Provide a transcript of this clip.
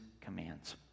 commands